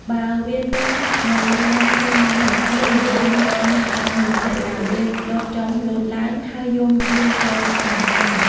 បើវាទំនៅលើមែកឈើណានោះ វាមិនដែលនៅស្ងៀមបានមួយភ្លែតឡើយ វាលោតចុះលោតឡើង ហើយយំឮសូរចាច់ៗ។